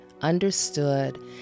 understood